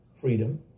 freedom